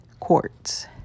Quartz